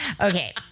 okay